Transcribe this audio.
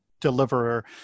deliverer